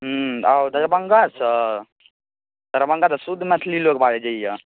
हुँ आउ दरभङ्गासँ दरभङ्गा तऽ शुद्ध मैथिली लोक बाजैए